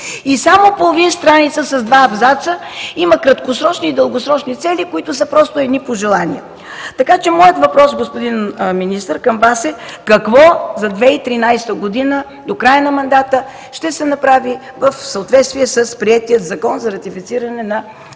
и само половин страница с два абзаца има краткосрочни и дългосрочни цели, които са просто едни пожелания. Така че моят въпрос към Вас, господин министър, е: какво за 2013 г., до края на мандата, ще направи в съответствие с приетия Закона за ратифициране на